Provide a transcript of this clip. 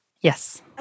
Yes